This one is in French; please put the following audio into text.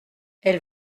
elle